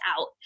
out